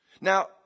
Now